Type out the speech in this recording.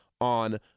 on